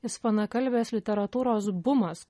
ispanakalbės literatūros bumas